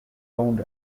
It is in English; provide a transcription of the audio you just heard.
owned